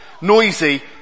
Noisy